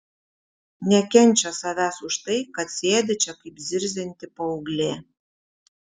nekenčia savęs už tai kad sėdi čia kaip zirzianti paauglė